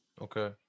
Okay